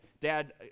Dad